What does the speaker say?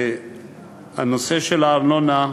הנושא של הארנונה,